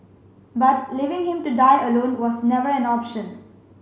but leaving him to die alone was never an option